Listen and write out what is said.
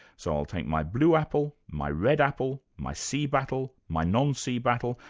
so i'll take my blue apple, my red apple, my sea battle, my non-sea battle,